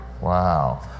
Wow